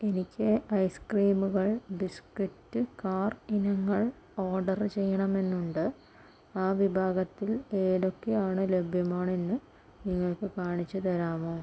എനിക്ക് ഐസ്ക്രീമുകൾ ബിസ്ക്കറ്റ് കാർ ഇനങ്ങൾ ഓർഡർ ചെയ്യണമെന്നുണ്ട് ആ വിഭാഗത്തിൽ ഏതൊക്കെയാണ് ലഭ്യമാണെന്ന് നിങ്ങൾക്ക് കാണിച്ചു തരാമോ